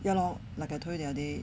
ya lor like I told you the other day